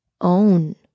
own